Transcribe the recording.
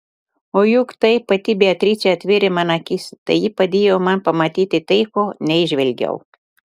o juk tai pati beatričė atvėrė man akis tai ji padėjo man pamatyti tai ko neįžvelgiau